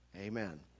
Amen